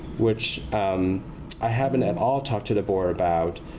which i haven't at all talked to the board about,